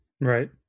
Right